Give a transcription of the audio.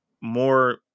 more